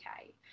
okay